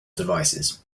devices